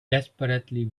desperately